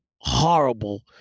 horrible